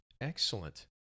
Excellent